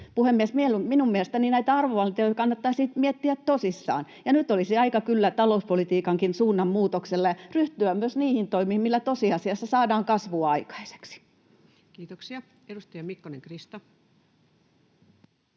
Minun mielestäni näitä arvovalintoja kannattaisi miettiä tosissaan. Ja nyt olisi aika kyllä talouspolitiikankin suunnanmuutokselle ja ryhtyä myös niihin toimiin, millä tosiasiassa saadaan kasvua aikaiseksi. Kiitoksia. — Edustaja Mikkonen, Krista.